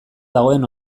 dagoen